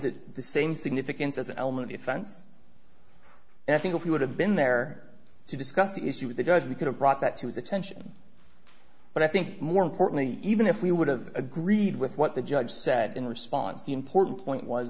it the same significance as an element offense and i think if you would have been there to discuss the issue with the judge we could have brought that to his attention but i think more importantly even if we would've agreed with what the judge said in response the important point was